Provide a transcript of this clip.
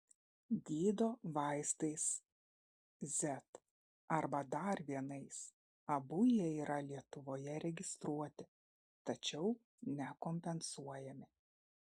gydo vaistais z arba dar vienais abu jie yra lietuvoje registruoti tačiau nekompensuojami